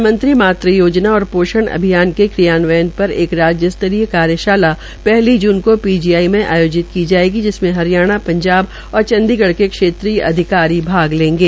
प्रधानमंत्री मात योजना और पोषण अभियान के क्रियान्वयन पर एक राज्य स्तरीय कार्यशाला पहली जून को पीजीआई में आयोजित की जायेगी जिसमें हरियाणा पंजाब और चंडीगढ़ के क्षेत्रीय अधिकारी भाग लेंगे